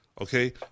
Okay